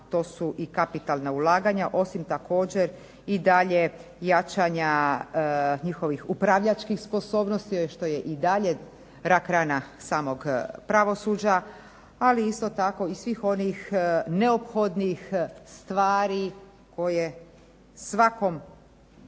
to su i kapitalna ulaganja osim također i dalje jačanja njihovih upravljačkih sposobnosti što je i dalje rak rana samog pravosuđa ali isto tako i svih onih neophodnih stvari koje svakom